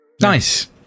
Nice